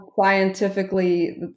scientifically